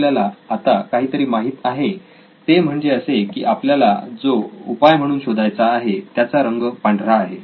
आपल्याला आता काहीतरी माहित आहे ते म्हणजे असे की आपल्याला जो उपाय म्हणून शोधायचा आहे त्याचा रंग पांढरा आहे